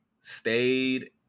stayed